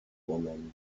woman